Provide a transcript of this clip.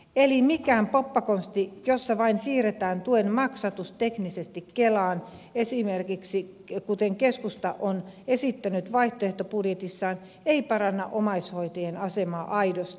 eli mikään poppakonsti jossa vain siirretään tuen maksatus teknisesti kelaan kuten keskusta on esittänyt vaihtoehtobudjetissaan ei paranna omaishoitajien asemaa aidosti